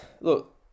Look